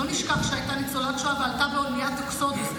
לא נשכח שהייתה ניצולת שואה ועלתה באוניית אקסודוס.